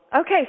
Okay